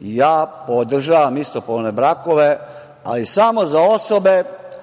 ja podržavam istopolne brakove, ali samo za osobe